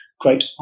great